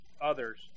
others